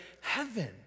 heaven